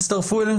הצטרפו אלינו